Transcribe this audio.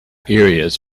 areas